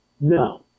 No